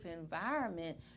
environment